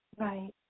Right